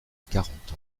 quarante